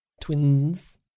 Twins